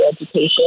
education